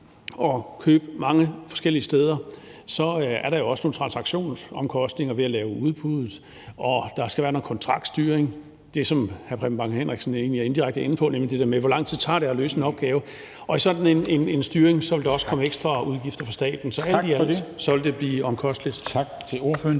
og købe ind mange forskellige steder, er der nogle transaktionsomkostninger ved at lave udbuddet. Der skal være noget kontraktstyring. Hr. Preben Bang Henriksen er egentlig indirekte inde på det, nemlig det der med, hvor lang tid det tager at løse en opgave. Og i sådan en styring vil der også komme ekstra udgifter for staten. Så alt i alt vil det blive omkostningsfuldt.